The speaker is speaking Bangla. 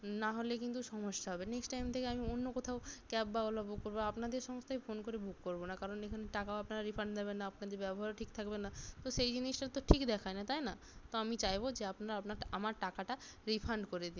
নাহলে কিন্তু সমস্যা হবে নেক্সট টাইম থেকে আমি অন্য কোথাও ক্যাব বা ওলা বুক করবো আপনাদের সংস্থায় ফোন করে বুক করবো না কারণ এখানে টাকাও আপনারা রিফান্ড দেবেন না আপনাদের ব্যবহার ঠিক থাকবে না তো সেই জিনিসটা তো ঠিক দেখায় না তাই না তো আমি চাইবো যে আপনারা আপনার আমার টাকাটা রিফান্ড করে দিন